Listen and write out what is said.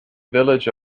village